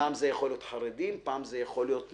פעם זה יכול להיות חרדים, פעם זה יכול להיות נשים,